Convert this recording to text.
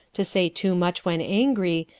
to say too much when angry,